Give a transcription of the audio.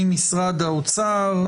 ממשרד האוצר.